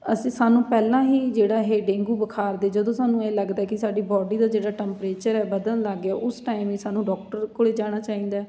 ਅਸੀਂ ਸਾਨੂੰ ਪਹਿਲਾਂ ਹੀ ਜਿਹੜਾ ਇਹ ਡੇਂਗੂ ਬੁਖਾਰ ਦੇ ਜਦੋਂ ਸਾਨੂੰ ਇਹ ਲੱਗਦਾ ਕਿ ਸਾਡੀ ਬੋਡੀ ਦਾ ਜਿਹੜਾ ਟੈਂਪਰੇਚਰ ਹੈ ਵਧਣ ਲੱਗ ਗਿਆ ਉਸ ਟਾਈਮ ਹੀ ਸਾਨੂੰ ਡੋਕਟਰ ਕੋਲ ਜਾਣਾ ਚਾਹੀਦਾ